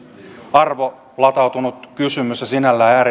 arvolatautunut kysymys ja sinällään